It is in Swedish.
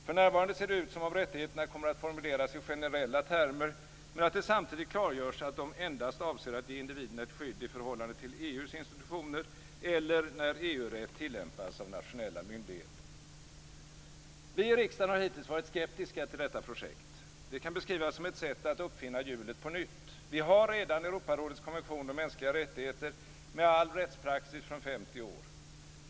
För närvarande ser det ut som om rättigheterna kommer att formuleras i generella termer, men att det samtidigt klargörs att de endast avser att ge individen ett skydd i förhållande till EU:s institutioner eller när EU-rätt tillämpas av nationella myndigheter. Vi i riksdagen har hittills varit skeptiska till detta projekt. Det kan beskrivas som ett sätt att uppfinna hjulet på nytt. Vi har redan Europarådets konvention om mänskliga rättigheter med all rättspraxis från 50 år.